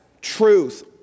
truth